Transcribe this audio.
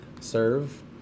serve